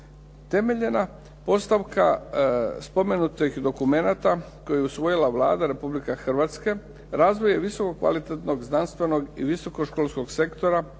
temeljena postavka spomenutih dokumenata koje je usvojila Vlada Republike Hrvatske razvoj je visoko kvalitetnog znanstvenog i visokoškolskog sektora